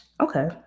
Okay